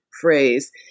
phrase